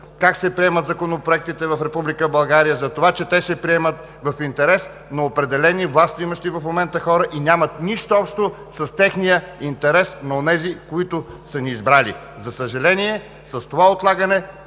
как се приемат законопроектите в Република България, за това, че те се приемат в интерес на определени властимащи в момента хора, и нямат нищо общо с интереса на онези, които са ни избрали. За съжаление, с това отлагане